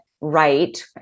right